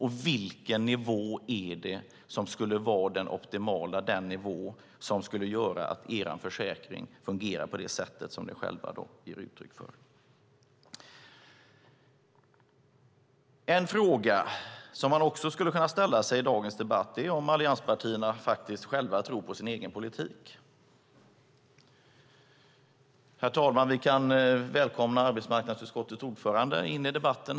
Och vilken nivå är det som skulle vara den optimala, den nivå som skulle göra att er försäkring fungerar på det sätt som ni själva ger uttryck för? Herr talman!